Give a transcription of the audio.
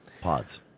Pods